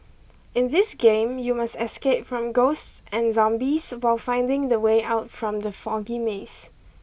in this game you must escape from ghosts and zombies while finding the way out from the foggy maze